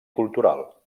cultural